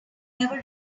ever